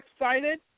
excited